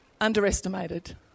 underestimated